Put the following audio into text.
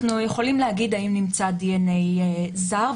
אנחנו יכולים להגיד האם נמצא דנ"א זר,